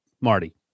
Marty